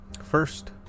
First